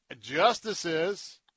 justices